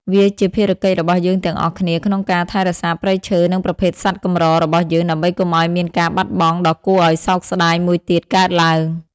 វាជាភារកិច្ចរបស់យើងទាំងអស់គ្នាក្នុងការថែរក្សាព្រៃឈើ និងប្រភេទសត្វកម្ររបស់យើង ដើម្បីកុំឱ្យមានការបាត់បង់ដ៏គួរឱ្យសោកស្តាយមួយទៀតកើតឡើង។